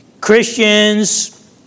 Christians